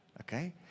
Okay